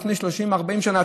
לפני 30 40 שנה?